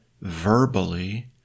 verbally